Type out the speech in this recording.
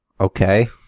Okay